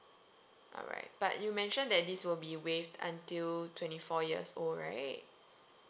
alright but you mention that this will be waived until twenty four years old right